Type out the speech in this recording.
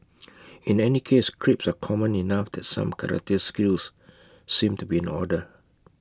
in any case creeps are common enough that some karate skills seem to be in order